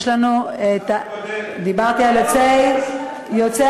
גם חבר הכנסת אייכלר פה.